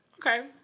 Okay